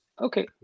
Okay